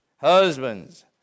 Husbands